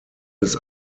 des